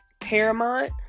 paramount